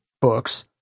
books